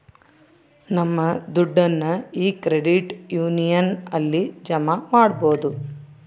ನಮ್ ದುಡ್ಡನ್ನ ಈ ಕ್ರೆಡಿಟ್ ಯೂನಿಯನ್ ಅಲ್ಲಿ ಜಮಾ ಮಾಡ್ಬೋದು